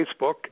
Facebook